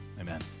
Amen